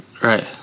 Right